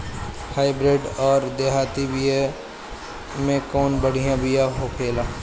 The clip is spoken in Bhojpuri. हाइब्रिड अउर देहाती बिया मे कउन बढ़िया बिया होखेला?